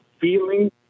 feeling